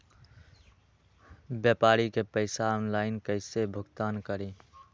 व्यापारी के पैसा ऑनलाइन कईसे भुगतान करी?